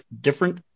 different